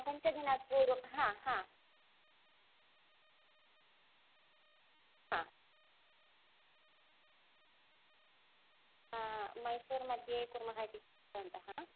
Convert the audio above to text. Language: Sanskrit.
पञ्चदिनात् पूर्वं हा हा हा मैसूर् मध्ये कुर्मः इति चिन्तितवन्तः